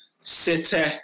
City